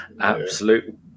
absolute